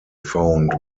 found